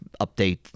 update